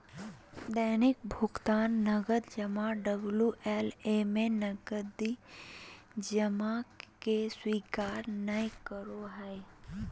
दैनिक भुकतान नकद जमा डबल्यू.एल.ए में नकदी जमा के स्वीकार नय करो हइ